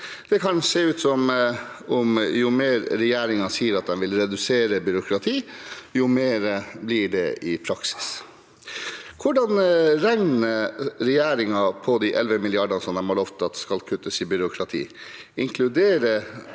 Det kan se ut som om jo mer regjeringen sier at de vil redusere byråkrati, jo mer blir det i praksis. Hvordan regner regjeringen på de 11 mrd. kr som de har lovet skal kuttes i byråkrati? Inkluderer